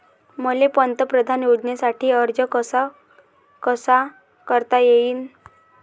मले पंतप्रधान योजनेसाठी अर्ज कसा कसा करता येईन?